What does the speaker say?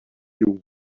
you